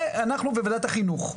זה אנחנו, בוועדת החינוך.